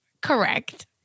Correct